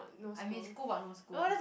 I'm in school but no school